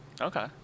okay